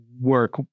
work